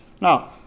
now